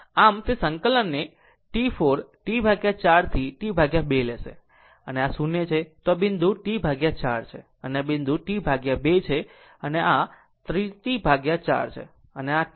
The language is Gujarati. આમ તે સંકલનને T 4 T4 થી T 2 લેશે કેમ જો આ 0 છે તો આ બિંદુ T 4 છે અને આ બિંદુ T 2 છે અને આ છે 3 t 4 અને આ છે T